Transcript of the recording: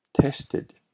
tested